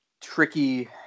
tricky